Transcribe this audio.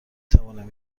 توانم